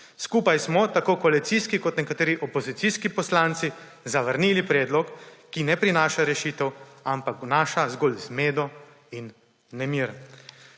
Skupaj smo, tako koalicijski kot nekateri opozicijski poslanci, zavrnili predlog, ki ne prinaša rešitev, ampak vnaša zgolj zmedo in nemir.